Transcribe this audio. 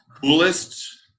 Coolest